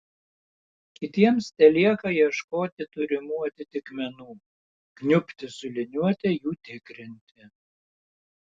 kitiems telieka ieškoti turimų atitikmenų kniubti su liniuote jų tikrinti